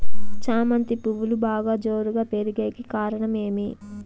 చామంతి పువ్వులు బాగా జోరుగా పెరిగేకి కారణం ఏమి?